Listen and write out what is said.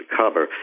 cover